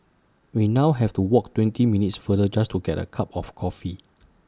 we now have to walk twenty minutes farther just to get A cup of coffee